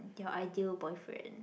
your ideal boyfriend